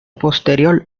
posterior